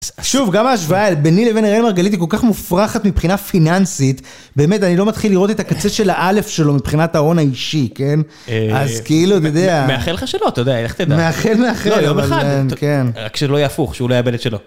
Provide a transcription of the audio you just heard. שוב גם ההשוואה ביני לבין הראל מרגלית היא כל כך מופרכת מבחינה פיננסית באמת אני לא מתחיל לראות את הקצה של האלף שלו מבחינת ההון האישי כן אז כאילו אתה יודע. מאחל לך שלא אתה יודע איך אתה יודע. מאחל מאחל. לא יום אחד רק שלא יהפוך שהוא לא יאבד את שלו.